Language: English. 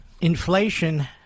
Inflation